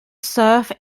served